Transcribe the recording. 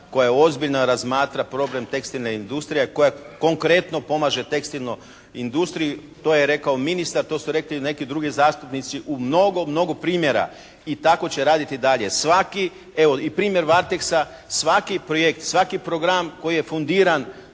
koja ozbiljno razmatra problem tekstilne industrije, koja konkretno pomaže tekstilnoj industriji. To je rekao ministar, to su rekli neki drugi zastupnici u mnogo, mnogo primjera i tako će raditi i dalje. Svaki, evo, i primjer "Varteksa", svaki projekt, svaki program koji je fundiran